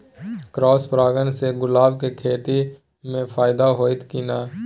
Cross परागण से गुलाब के खेती म फायदा होयत की नय?